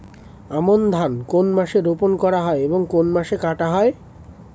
আমন ধান কোন মাসে রোপণ করা হয় এবং কোন মাসে কাটা হয়?